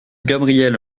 gabrielle